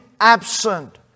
absent